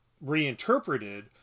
reinterpreted